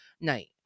night